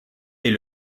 est